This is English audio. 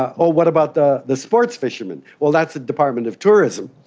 oh, what about the the sports fishermen? well, that the department of tourism.